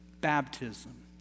baptism